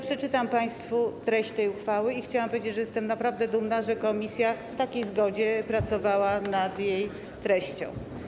Przeczytam państwu treść tej uchwały i chciałam powiedzieć, że jestem naprawdę dumna, że komisja w takiej zgodzie pracowała nad jej treścią.